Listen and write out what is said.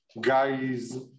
guys